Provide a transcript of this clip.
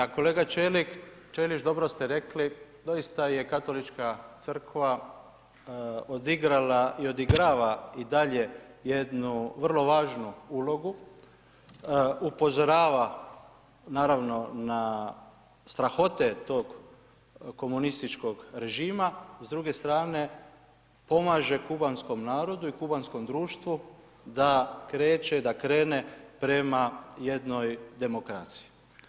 Da kolega Ćelić, dobro ste rekli, doista je Katolička crkva odigrala i odigrava i dalje jednu vrlo važnu ulogu, upozorava, naravno, na strahote tog komunističkog režima, s druge strane pomaže kubanskom narodu i kubanskom društvu da kreće, da krene prema jednoj demokraciji.